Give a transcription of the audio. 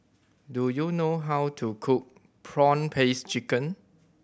do you know how to cook prawn paste chicken